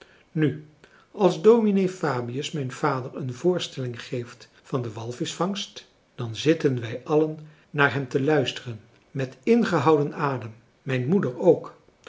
nu als dominee fabius mijn vader een voorstelling geeft van de walvischvangst dan zitten wij allen naar hem te luisteren met ingehouden adem mijn moeder ook